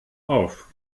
auf